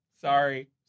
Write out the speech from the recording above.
Sorry